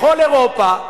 בכל אירופה,